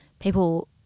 People